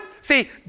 See